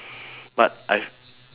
but I've